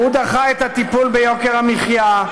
הוא דחה את הטיפול ביוקר המחיה,